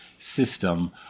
System